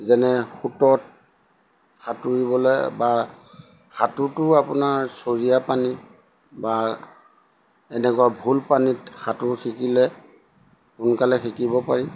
যেনে সোঁতত সাঁতুৰিবলৈ বা সাঁতোৰটো আপোনাৰ চৰিয়া পানী বা এনেকুৱা ভুল পানীত সাঁতোৰ শিকিলে সোনকালে শিকিব পাৰি